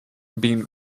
been